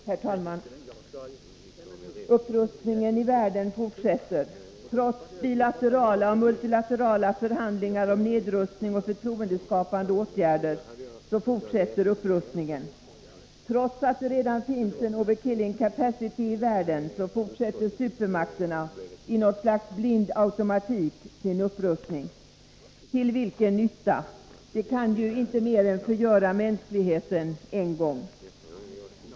Herr talman! Upprustningen i världen fortsätter, trots bilaterala och multilaterala förhandlingar om nedrustning och förtroendeskapande åtgärder. Trots att det redan finns en ”overkilling capacity” i världen, fortsätter supermakterna i något slags blind automatik sin upprustning. Till vilken nytta? De kan ju inte mer än förgöra mänskligheten en gång.